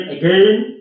again